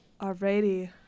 Alrighty